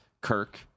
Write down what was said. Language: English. Kirk